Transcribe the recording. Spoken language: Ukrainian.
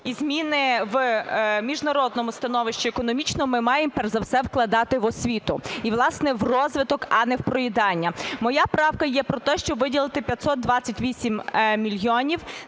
і зміни в міжнародному становищі економічному, ми маємо перш за все вкладати в освіту і, власне, у розвиток, а не в проїдання. Моя правка є про те, щоб виділити 528 мільйонів